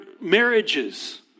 marriages